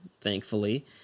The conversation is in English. thankfully